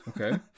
Okay